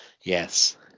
Yes